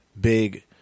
big